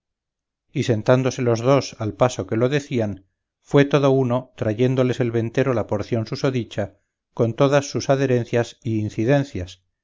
y sentándose los dos al paso que lo decían fué todo uno trayéndoles el ventero la porción susodicha con todas sus adherencias y incidencias